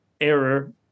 error